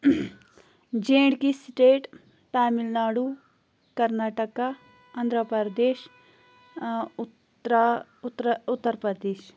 J and K state Tamil Nadu Karnataka Andhra Pradesh ٲں اُترا اُترا اُترپردیش